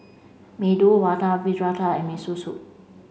Medu Vada Fritada and Miso Soup